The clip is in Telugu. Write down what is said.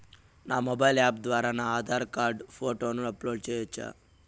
నా మొబైల్ యాప్ ద్వారా నా ఆధార్ కార్డు ఫోటోను అప్లోడ్ సేయొచ్చా?